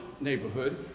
neighborhood